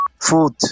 Food